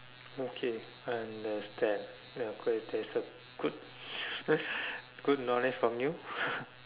okay understand ya quite that's a good good knowledge from you